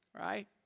Right